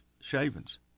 shavings